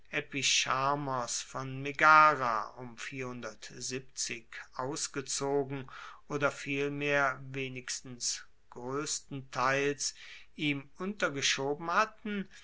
epicharmos von megara ausgezogen oder vielmehr wenigstens groesstenteils ihm untergeschoben hatten